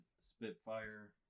Spitfire